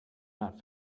not